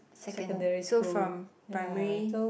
second so from primary